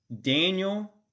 Daniel